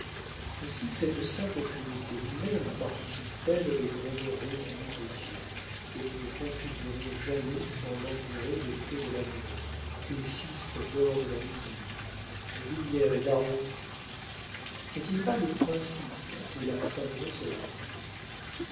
aussi cette sainte trinité humaine participe t elle des grandeurs infinies de dieu que nous ne configurons jamais sans l'entourer des feux de l'amour des sistres d'or de la musique de lumière et d'harmonie n'est-il pas le principe et la fin de nos œuvres